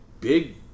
big